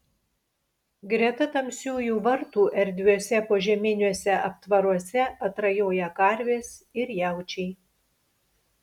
greta tamsiųjų vartų erdviuose požeminiuose aptvaruose atrajoja karvės ir jaučiai